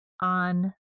on